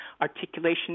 articulation